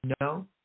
no